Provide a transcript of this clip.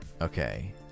okay